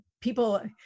people